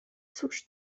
cóż